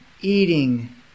eating